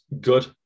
good